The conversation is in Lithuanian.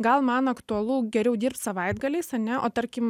gal man aktualu geriau dirbt savaitgaliais a ne o tarkim